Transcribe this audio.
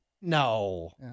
No